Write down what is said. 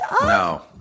No